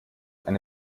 eine